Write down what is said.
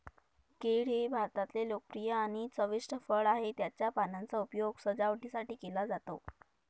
केळ हे भारतातले लोकप्रिय आणि चविष्ट फळ आहे, त्याच्या पानांचा उपयोग सजावटीसाठी केला जातो